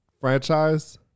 franchise